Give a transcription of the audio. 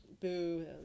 Boo